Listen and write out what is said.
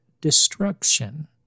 destruction